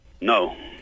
No